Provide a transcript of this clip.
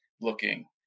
looking